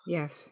Yes